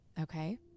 Okay